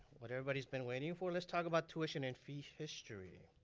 what everybody has been waiting for, let's talk about tuition and fee history.